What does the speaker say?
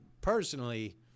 personally